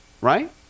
right